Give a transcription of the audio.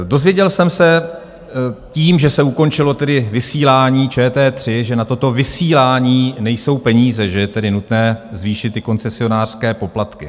Dozvěděl jsem se, tím, že se ukončilo vysílání ČT3, že na toto vysílání nejsou peníze, že je tedy nutné zvýšit koncesionářské poplatky.